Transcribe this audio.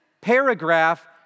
paragraph